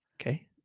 Okay